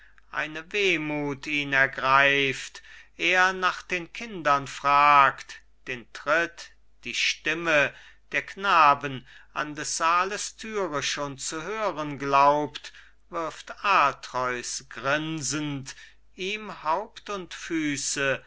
eine wehmuth ihn ergreift er nach den kindern fragt den tritt die stimme der knaben an des saales thüre schon zu hören glaubt wirft atreus grinsend ihm haupt und füße